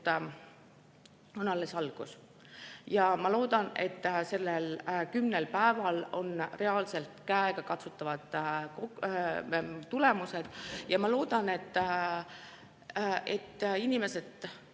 alles algus. Ma loodan, et nendel kümnel päeval on reaalselt käegakatsutavad tulemused, ja ma loodan, et inimesed